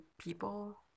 people